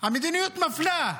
מדיניות מפלה.